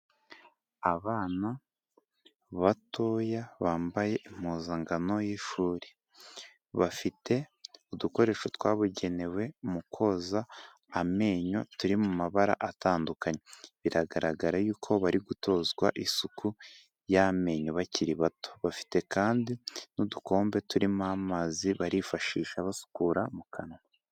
Abana batoya bambaye impuzankano y'ishuri, bafite udukoresho twabugenewe mu koza amenyo turi mu mabara atandukanye, biragaragara yuko bari gutozwa isuku y'amenyo bakiri bato, bafite kandi n'udukombe turimo amazi barifashisha basukura mu kanwa.